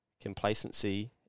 complacency